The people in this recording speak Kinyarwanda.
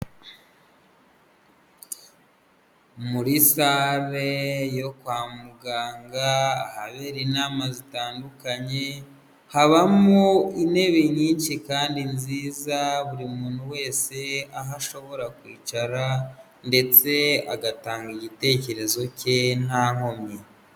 Muri sare yo kwa muganga, ahabera inama zitandukanye, habamo intebe nyinshi kandi nziza, buri muntu wese aho ashobora kwicara ndetse agatanga igitekerezo cye nta nkomyi.